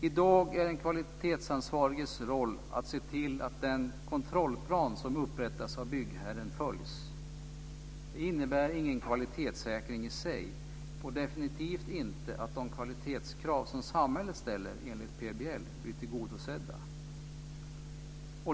I dag är den kvalitetsansvariges roll att se till att den kontrollplan som upprättas av byggherren följs. Det innebär ingen kvalitetssäkring i sig och definitivt inte att de kvalitetskrav som samhället ställer enligt PBL blir tillgodosedda.